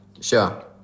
Sure